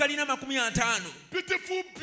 Beautiful